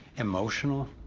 emotional,